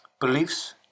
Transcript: beliefs